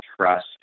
trust